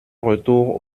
retour